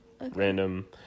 random